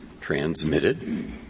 transmitted